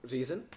Reason